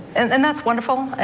and and that's wonderful.